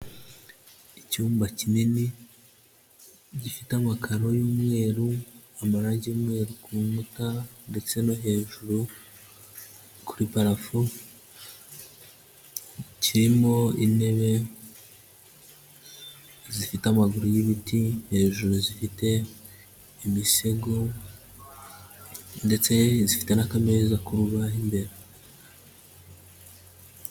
Icyumba kinini gifite amakaro y'umweru amarangi y'umweru ku nkuta ndetse no hejuru kuri pararafu, kirimo intebe zifite amaguru y'ibiti hejuru zifite imisego ndetse zitite n'akameza kurubaho imbere.